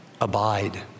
abide